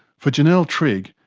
for janelle trigg,